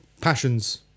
passions